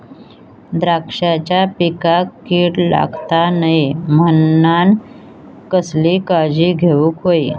द्राक्षांच्या पिकांक कीड लागता नये म्हणान कसली काळजी घेऊक होई?